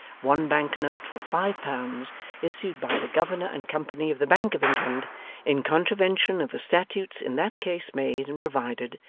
one bank note for five pounds issued by the governor and company of the bank of england in contravention of the statutes in that case made and provided,